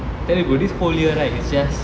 tell you bro this whole year right is just